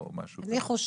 או משהו כזה.